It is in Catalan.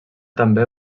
també